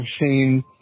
machine